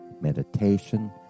meditation